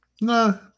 No